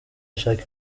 ashaka